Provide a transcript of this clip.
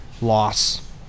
loss